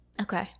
Okay